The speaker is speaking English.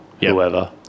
whoever